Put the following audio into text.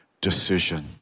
decision